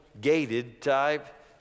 gated-type